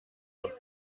auf